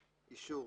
"אישור"